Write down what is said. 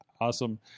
Awesome